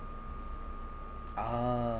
ah